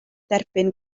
derbyn